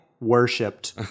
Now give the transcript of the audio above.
worshipped